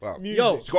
Yo